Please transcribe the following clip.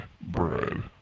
bread